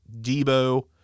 Debo